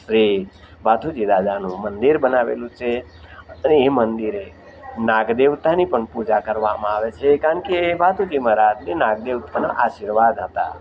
શ્રી ભાથુજી દાદાનું મંદિર બનાવેલું છે અને એ મંદિરે નાગદેવતાની પણ પૂજા કરવામાં આવે છે કારણ કે એ ભાથીજી મહારાજને નાગ દેવતાના આશીર્વાદ હતા